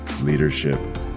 leadership